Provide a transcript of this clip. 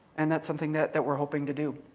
and that's something that that we're hoping to do.